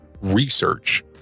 research